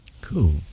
Cool